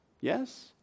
Yes